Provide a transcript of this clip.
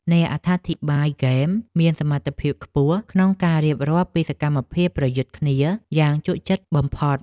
អ្នកអត្ថាធិប្បាយហ្គេមមានសមត្ថភាពខ្ពស់ក្នុងការរៀបរាប់ពីសកម្មភាពប្រយុទ្ធគ្នាយ៉ាងជក់ចិត្តបំផុត។